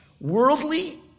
worldly